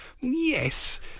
Yes